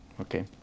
Okay